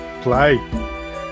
play